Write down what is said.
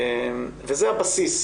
מה שנקרא שמנופוביה רפואית.